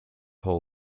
hall